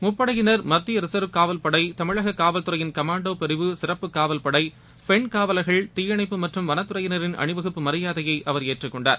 முப்படையினர் மத்திய ரிசர்வ் காவல்படை தமிழக காவல்துறையின் கமாண்டோ பிரிவு சிறப்பு காவல்படை காவலர்கள் தீயணைப்பு மற்றும் வனத்துறையினரின் அணிவகுப்பு மரியாதையை அவர் பெண் ஏற்றுக்கொண்டார்